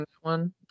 one